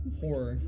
horror